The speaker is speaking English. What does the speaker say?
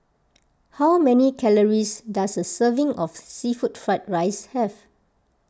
how many calories does a serving of Seafood Fried Rice have